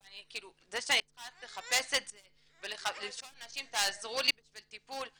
אבל זה שאני צריכה לחפש את זה ולשאול אנשים תעזרו לי בשביל טיפול.